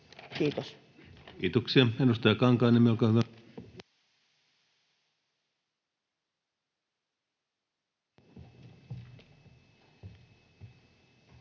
Kiitos. Kiitoksia. — Edustaja Kankaanniemi, olkaa hyvä.